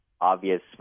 obvious